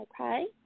okay